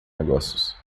negócios